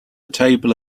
table